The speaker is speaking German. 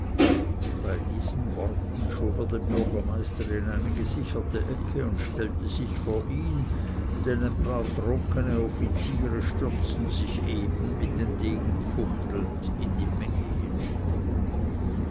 bei diesen worten schob er den bürgermeister in eine gesicherte ecke und stellte sich vor ihn denn ein paar trunkene offiziere stürzten sich eben mit den degen fuchtelnd in die menge hinunter